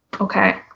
Okay